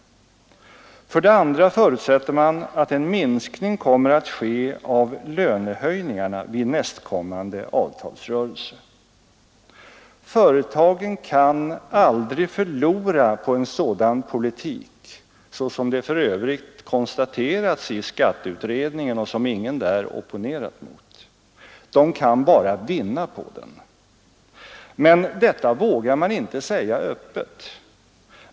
För det andra förutsätter man att en minskning kommer att ske av lönehöjningarna vid nästkommande avtalsrörelse. Företagen kan aldrig förlora på en sådan politik, som det för övrigt konstaterats i skatteutredningen och som ingen där opponerat mot. De kan bara vinna på den. Men detta vågar man inte säga öppet.